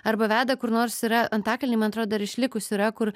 arba veda kur nors yra antakalny man atrodo dar išlikus yra kur